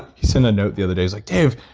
he sent a note the other day, he's like, dave,